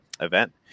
event